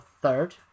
third